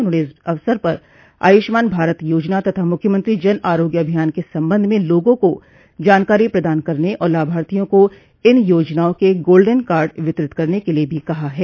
उन्होंने इस अवसर पर आयुष्मान भारत योजना तथा मुख्यमंत्री जन आरोग्य अभियान के संबंध में लोगों को जानकारी प्रदान करने और लाभाथियों को इन योजनाओं के गोल्डेन कार्ड वितरित करने के लिए भी कहा है